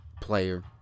player